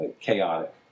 chaotic